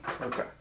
Okay